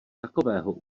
takového